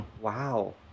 Wow